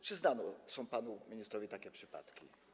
Czy znane są panu ministrowi takie przypadki?